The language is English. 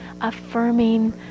affirming